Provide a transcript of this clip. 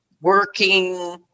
working